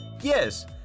Yes